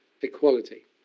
equality